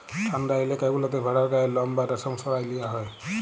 ঠাল্ডা ইলাকা গুলাতে ভেড়ার গায়ের লম বা রেশম সরাঁয় লিয়া হ্যয়